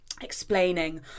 explaining